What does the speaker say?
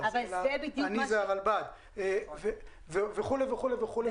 זה הרלב"ד וכו' וכו'.